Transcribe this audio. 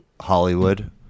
Hollywood